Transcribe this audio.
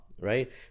right